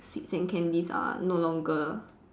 sweets and candies are no longer